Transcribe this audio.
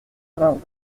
vingt